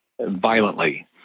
violently